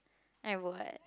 I would